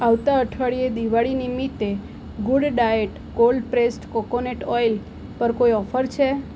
આવતા અઠવાડિયે દિવાળી નિમિત્તે Good Diet cold pressed coconut oil પર કોઈ ઓફર છે